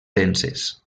denses